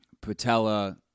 patella